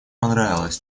понравилась